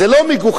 זה לא מגוחך?